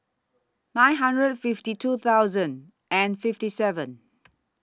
nine hundred fifty two thousand and fifty seven